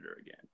again